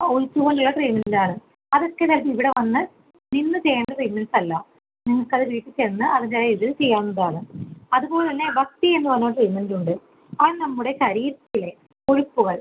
ആ ഒഴിച്ചുകൊണ്ടുള്ള ട്രീറ്റ്മെൻറ് ആണ് അതൊക്കെ ഇത് ഇവിടെ വന്ന് നിന്ന് ചെയ്യേണ്ട ട്രീറ്റ്മെൻറ്സ് അല്ല നിങ്ങൾക്കത് വീട്ടിൽ ചെന്ന് അതിനായിത് ചെയ്യാവുന്നതാണ് അതുപോലെ തന്നെ വസ്തി എന്ന് പറഞ്ഞ ട്രീറ്റ്മെൻറ്സ് ഉണ്ട് അത് നമ്മുടെ ശരീരത്തിലെ കൊഴുപ്പുകൾ